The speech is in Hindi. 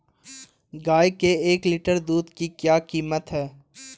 गाय के एक लीटर दूध की क्या कीमत है?